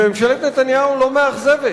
וממשלת נתניהו לא מאכזבת.